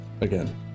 Again